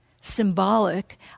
symbolic